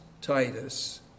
Titus